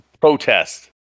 protest